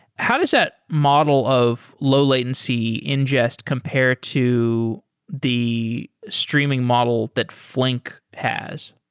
how does that model of low-latency ingest compare to the streaming model that flink has?